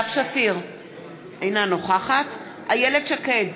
אינה נוכחת איילת שקד,